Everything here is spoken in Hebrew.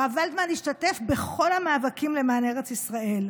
הרב ולדמן השתתף בכל המאבקים למען ארץ ישראל: